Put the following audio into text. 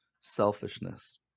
selfishness